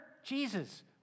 Jesus